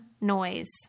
noise